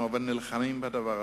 אבל אנחנו נלחמים בדבר הזה.